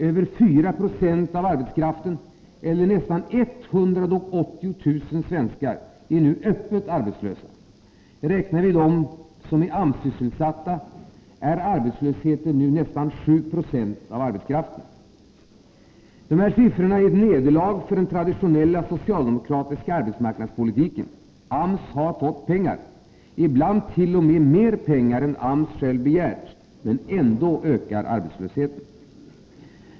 Över 4 96 av arbetskraften, eller nästan 180 000 svenskar, är nu öppet arbetslösa. Räknar vi dessutom de AMS sysselsatta uppgår arbetslösheten till nästan 7 90 av arbetskraften. Dessa siffror är ett nederlag för den traditionella socialdemokratiska arbetsmarknadspolitiken. AMS har fått pengar — ibland t.o.m. mer än verket självt begärt. Men ändå ökar arbetslösheten.